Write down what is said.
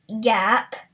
gap